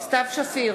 סתיו שפיר,